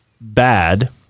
bad